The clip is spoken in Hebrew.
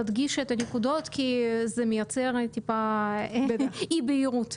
תדגישי את הנקודות כי זה מייצר טיפה אי בהירות,